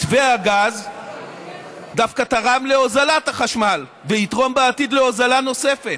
מתווה הגז דווקא תרם להוזלת החשמל ויתרום בעתיד להוזלה נוספת.